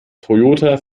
toyota